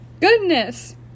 goodness